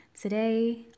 Today